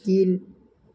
கீழ்